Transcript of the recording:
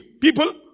People